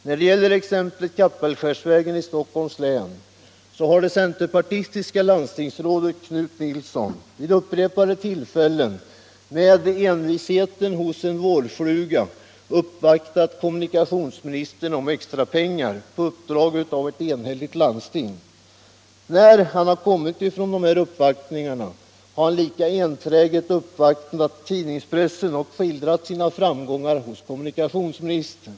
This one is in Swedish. När det t.ex. gäller Kappelskärsvägen i Stockholms län har det centerpartistiska landstingsrådet Knut Nilsson på uppdrag av ett enhälligt landsting vid upprepade tillfällen och med envisheten hos en vårfluga uppvaktat kommunikationsministern om extra pengar. När han sedan kommit från dessa uppvaktningar har han lika enträget uppvaktats av tidningspressen och då skildrat sina framgångar hos kommunikationsministern.